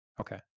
Okay